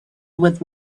with